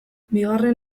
bigarren